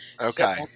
Okay